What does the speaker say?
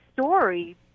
story